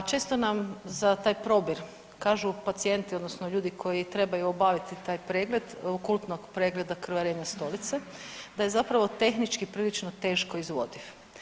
Često nam za taj probir kažu pacijenti, odnosno ljudi koji trebaju obaviti taj pregled kod akutnog pregleda krvarenja stolice, da je zapravo tehnički vrlo teško izvodiv.